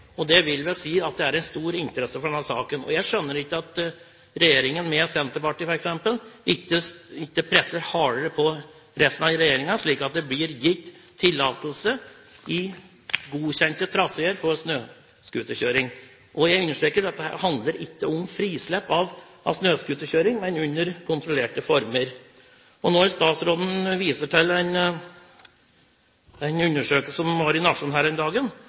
Det vil vel si at det er stor interesse for denne saken. Jeg skjønner ikke at ikke Senterpartiet, f.eks., presser hardere på resten av regjeringen, slik at det blir gitt tillatelse i godkjente traseer for snøscooterkjøring. Jeg understreker at dette ikke handler om frislipp av snøscooterkjøring, men at det skal foregå under kontrollerte forhold. Når statsråden viser til den undersøkelsen i Nationen her om dagen, tviler ikke jeg på at hvis en spør alle i Norge om